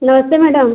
नमस्ते मैडम